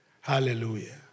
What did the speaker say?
Hallelujah